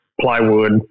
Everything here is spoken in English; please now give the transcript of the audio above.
plywood